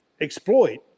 exploit